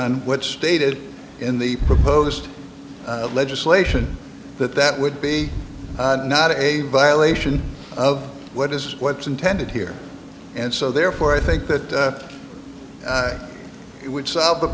on what stated in the proposed legislation that that would be not a violation of what is what's intended here and so therefore i think that it would solve the